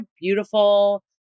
beautiful